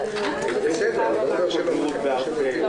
ננעלה בשעה 14:04.